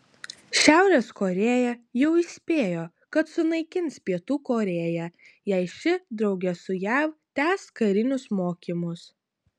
šiaurės korėja jau įspėjo kad sunaikins pietų korėją jei ši drauge su jav tęs karinius mokymus